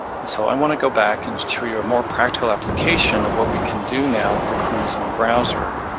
and so, i wanna go back and show you a more practical application of what we can do now with the chromosome browser.